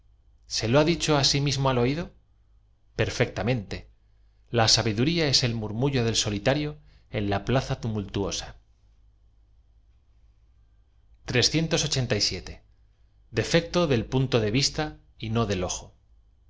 se lo ha di cho sí mismo a l oído periectam ente la sabiduría ee el murmullo del aolítarío ea la plaza tumultuosa fe del punto d t vista y no del ofo